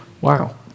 Wow